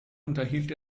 unterhielt